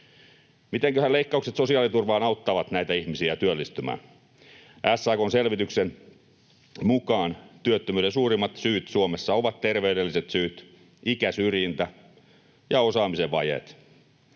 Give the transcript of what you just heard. Mitenköhän leikkaukset sosiaaliturvaan auttavat näitä ihmisiä työllistymään? SAK:n selvityksen mukaan työttömyyden suurimmat syyt Suomessa ovat terveydelliset syyt, ikäsyrjintä ja osaamisen vajeet.